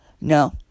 No